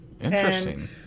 Interesting